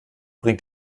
bringt